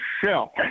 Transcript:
shell